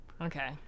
Okay